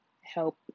help